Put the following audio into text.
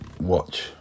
watch